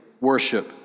worship